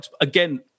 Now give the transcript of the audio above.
again